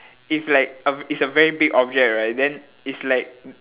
if like uh it's a very big object right then it's like